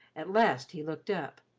at last he looked up.